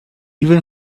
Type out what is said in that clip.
even